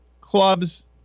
clubs